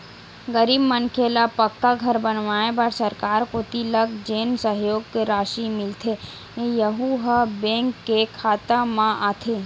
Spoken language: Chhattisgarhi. गरीब मनखे ल पक्का घर बनवाए बर सरकार कोती लक जेन सहयोग रासि मिलथे यहूँ ह बेंक के खाता म आथे